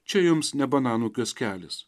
čia jums ne bananų kioskelis